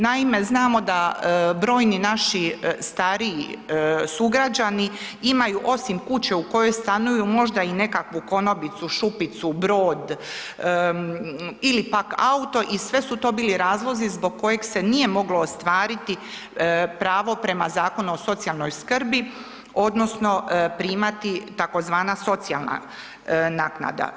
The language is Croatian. Naime, znamo da brojni naši stariji sugrađani imaju osim kuće u kojoj stanuju možda i nekakvu konobicu, šupicu, brod ili pak auto i sve su to bili razlozi zbog kojeg se nije moglo ostvariti pravo prema Zakonu o socijalnoj skrbi odnosno primati tzv. socijalna naknada.